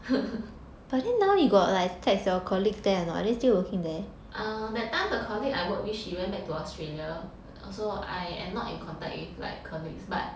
uh that time the colleague I work with she went back to Australia so I am not in contact with like colleagues but